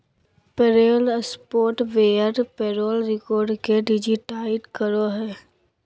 payroll software payroll record के digitise करो हइ